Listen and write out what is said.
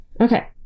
Okay